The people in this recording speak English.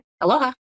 aloha